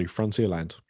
Frontierland